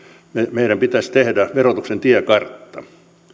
meidän pitäisi tehdä myöskin verotuksen tiekartta